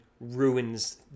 ruins